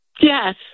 Yes